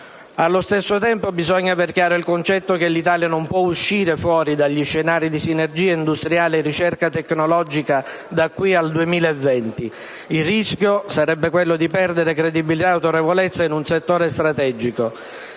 Allo stesso tempo, bisogna aver chiaro il concetto che l'Italia non può uscire dagli scenari di sinergia industriale e ricerca tecnologica da qui al 2020. Il rischio sarebbe quello di perdere credibilità e autorevolezza in un settore strategico.